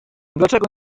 dlaczego